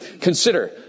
Consider